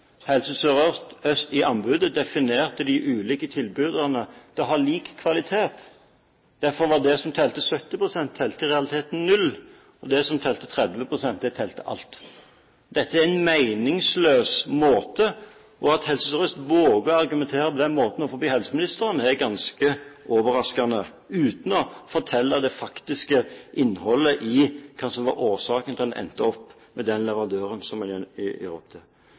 Helse Sør-Øst definerte i anbudet de ulike tilbudene til å ha lik kvalitet. Derfor var det som telte 70 pst., i realiteten null, og det som telte 30 pst., telte alt. Dette er en meningsløs måte å gjøre det på, og at Helse Sør-Øst våger å argumentere på den måten overfor helseministeren, er ganske overraskende, nemlig uten å fortelle hva som faktisk var årsaken til at en endte opp med den leverandøren som